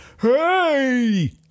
Hey